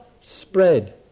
spread